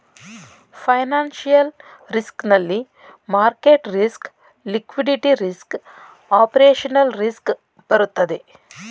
financial risk ನಲ್ಲಿ market risk, liquidity risk, operational risk ಬರುತ್ತದೆ